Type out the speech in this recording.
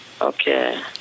Okay